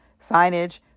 signage